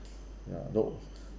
ya look